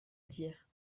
dire